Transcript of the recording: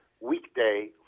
weekday